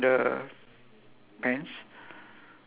orh okay so I just circle the white dark sheep ah